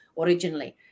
originally